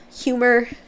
humor